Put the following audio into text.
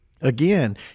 Again